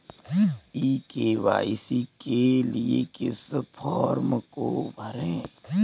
ई KYC के लिए किस फ्रॉम को भरें?